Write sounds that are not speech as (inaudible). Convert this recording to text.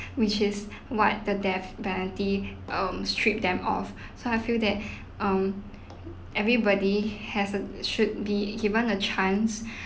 which is what the death penalty um stripped them off so I feel that (breath) um everybody hasn't should be given a chance